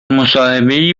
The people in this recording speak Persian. مصاحبهای